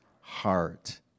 heart